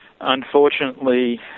Unfortunately